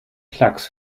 klacks